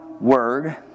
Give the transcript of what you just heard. word